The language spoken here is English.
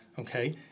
okay